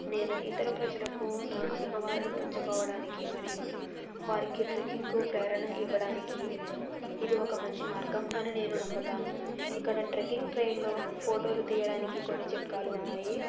నేను ఇతర ప్రజలకు నా అనుభవాలను పంచుకోవడానికి మరియు వారికి ట్రెక్కింగ్కు ప్రేరణ ఇవ్వడానికి ఇది ఒక మంచి మార్గం అని నేను నమ్ముతాను ఇక్కడ ట్రేకింగ్ ట్రైల్లో ఫోటోలు తీయడానికి కొన్ని చిట్కాలు ఉన్నాయి